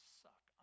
suck